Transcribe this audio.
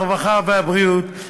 הרווחה והבריאות,